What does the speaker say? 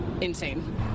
insane